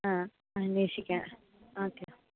ആ അന്വേഷിക്കാം ഓക്കേ